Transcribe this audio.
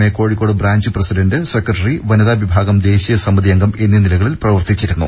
A Kozhikode branch president secretary വനിതാ വിഭാഗം ദേശീയ സമിതി അംഗം എന്നീ നിലകളിൽ പ്രവർത്തിച്ചിരുന്നു